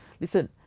Listen